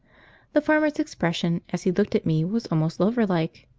the farmer's expression as he looked at me was almost lover like,